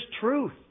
truth